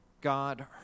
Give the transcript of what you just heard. God